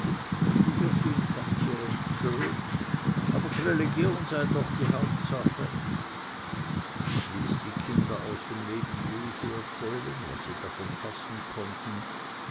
die wirtin fand sie recht schön aber dreligion sei doch die hauptsache ich ließ die kinder aus dem leben jesu erzählen was sie davon fassen konnten